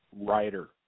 writer